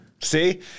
see